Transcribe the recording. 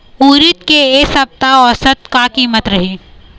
उरीद के ए सप्ता औसत का कीमत रिही?